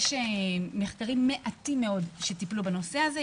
יש מחקרים מעטים מאוד שטיפלו בנושא הזה.